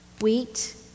Wheat